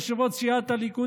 יושב-ראש סיעת הליכוד,